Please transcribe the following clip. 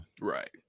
Right